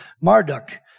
Marduk